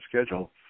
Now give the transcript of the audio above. schedule